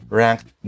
ranked